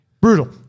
Brutal